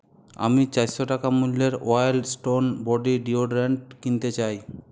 আমি চারশো টাকা মূল্যের ওয়াইল্ড স্টোন বডি ডিওড্রেন্ট কিনতে চাই